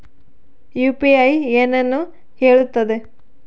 UPI ಏನನ್ನು ಹೇಳುತ್ತದೆ?